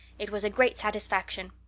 it was a great satisfaction.